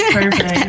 perfect